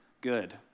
Good